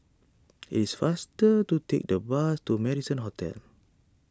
is faster to take the bus to Marrison Hotel